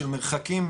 של מרחקים,